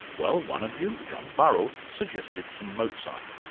well one of you, john burrell, suggested some mozart.